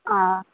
অঁ